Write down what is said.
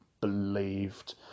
believed